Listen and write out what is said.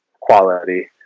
quality